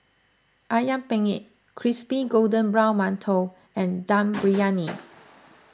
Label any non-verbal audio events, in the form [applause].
Ayam Penyet Crispy Golden Brown Mantou and [noise] Dum Briyani